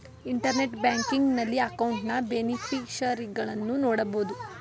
internet banking ನಲ್ಲಿ ಅಕೌಂಟ್ನ ಬೇನಿಫಿಷರಿಗಳನ್ನು ನೋಡಬೋದು